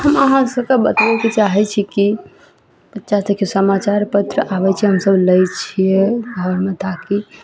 हम अहाँ सबके बतबयके चाहय छी की बच्चा सबके समाचार पत्र आबय छै हमसब लै छियै घरमे ताकि